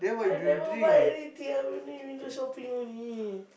I never buy anything I only window shopping only